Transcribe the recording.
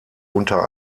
unter